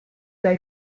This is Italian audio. dai